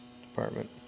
Department